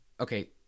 okay